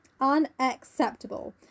Unacceptable